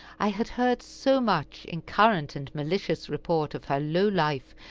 i had heard so much, in current and malicious report, of her low life,